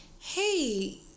Hey